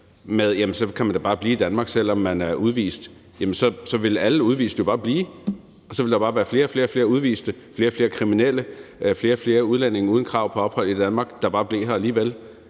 med, at man da så bare kan blive i Danmark, selv om man er udvist, så vil alle udviste jo bare blive. Og så vil der bare være flere og flere udviste, flere og flere kriminelle, flere og flere udlændinge uden krav på ophold i Danmark, der bare bliver her alligevel.